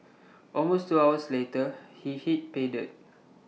almost two hours later he hit pay dirt